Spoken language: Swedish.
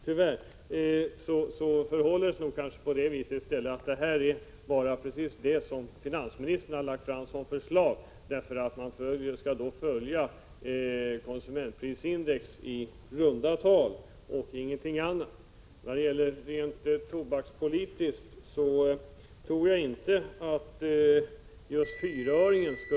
Tyvärr förhåller det sig nog i stället på det viset att detta är vad finansministern har föreslagit. Det handlar inte om något annat än att man skall följa konsumentprisindex i runda tal. Jag tror inte att just 4 öre skulle vara den tobakspolitiskt mest exemplariska höjningen.